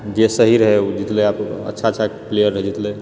जे सही रहै ओ जितलेै अच्छा अच्छा प्लेयर रहै जितलेै